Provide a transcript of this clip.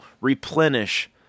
replenish